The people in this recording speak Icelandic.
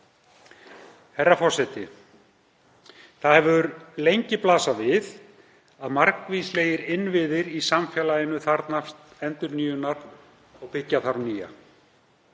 Herra forseti. Lengi hefur blasað við að margvíslegir innviðir í samfélaginu þarfnast endurnýjunar og byggja þarf nýja.